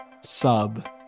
sub